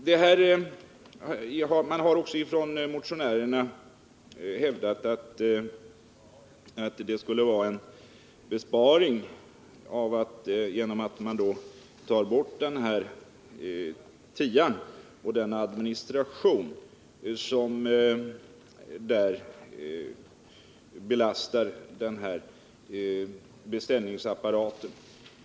Motionärerna har också hävdat att det skulle bli en besparing genom att man tog bort den här tian och den administration som i sammanhanget belastar beställningsapparaten.